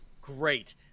great